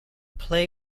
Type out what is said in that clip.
play